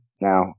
now